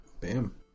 Bam